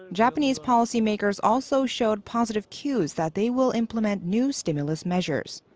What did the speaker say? japanese policy makers also showed positive cues that they will implement new stimulus measures.